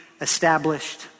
established